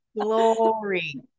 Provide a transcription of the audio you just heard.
glory